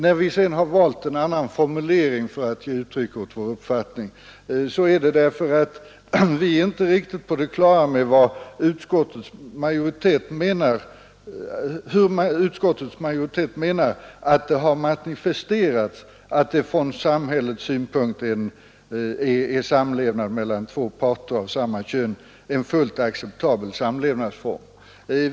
När vi sedan valt en annan formulering för att ge uttryck åt vår uppfattning är det därför att vi inte riktigt är på det klara med vad utskottsmajoriteten menar med att det har manifesterats att samhällets synpunkt samlevnad mellan två parter av samma kön är en fullt acceptabel samlevnadsform.